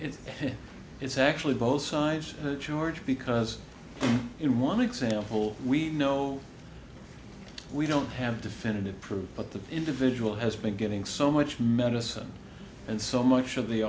so it's actually both sides george because in one example we know we don't have definitive proof but the individual has been getting so much medicine and so much of the